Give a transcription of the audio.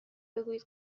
بگویید